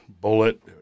bullet